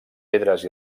pedres